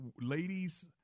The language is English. ladies